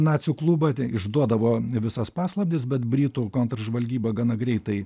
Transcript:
nacių klubą išduodavo visas paslaptis bet britų kontržvalgyba gana greitai